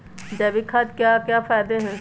जैविक खाद के क्या क्या फायदे हैं?